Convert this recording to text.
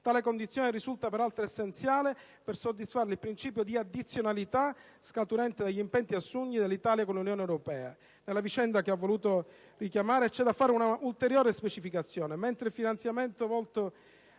Tale condizione risulta peraltro essenziale per soddisfare il principio di addizionalità, scaturente dagli impegni assunti dall'Italia con l'Unione europea. Nella vicenda che ho voluto richiamare c'è da fare un'ulteriore specificazione. Il finanziamento volto